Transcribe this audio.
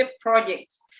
Projects